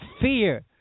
fear